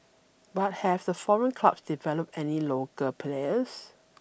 but have the foreign clubs developed any local players